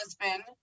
husband